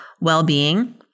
well-being